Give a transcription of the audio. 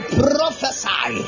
prophesy